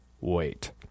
wait